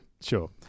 sure